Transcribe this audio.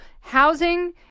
Housing